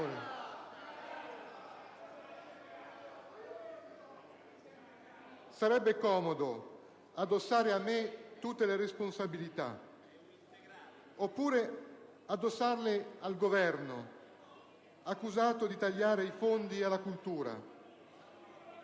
Sarebbe comodo addossare a me tutte le responsabilità, oppure addossarle al Governo, accusato di tagliare i fondi alla cultura.